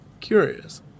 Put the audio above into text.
Curious